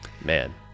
man